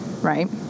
right